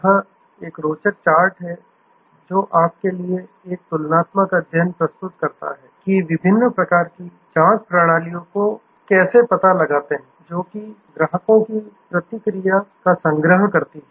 यह एक रोचक चार्ट है जो आपके लिए एक तुलनात्मक अध्ययन प्रस्तुत करता है कि विभिन्न प्रकार की जांच प्रणालियों का कैसे पता लगाते हैं जो कि ग्राहकों की प्रतिक्रिया का संग्रह करती है